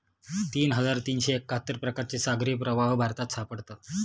तीन हजार तीनशे एक्काहत्तर प्रकारचे सागरी प्रवाह भारतात सापडतात